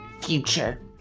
future